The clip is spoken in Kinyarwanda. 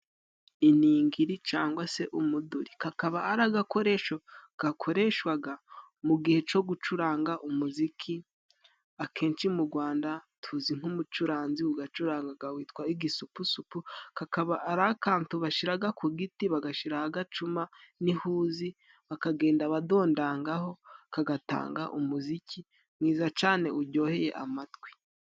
Iningiri cangwa se umuduri. Kakaba ari agakoresho gakoreshwaga mu gihe cyo gucuranga umuziki. Akenshi mu Rwanda tuzi nk'umucuranzi ugacurangaga witwa Igisupusupu. Kakaba ari akantu bashiraga ku giti bagashiraho agacuma n'ihuzi, bakagenda badondangaho kagatanga umuziki mwiza cane uryoheye amatwi.